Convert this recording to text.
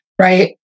Right